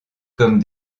comme